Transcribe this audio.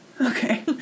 Okay